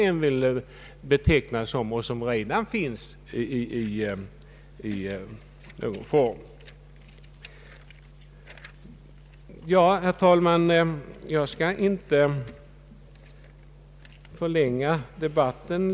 Ja, herr talman, jag skall inte för min del förlänga debatten.